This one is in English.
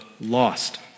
lost